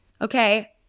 Okay